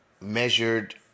measured